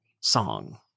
Song